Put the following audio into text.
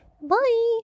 Bye